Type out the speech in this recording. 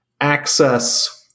access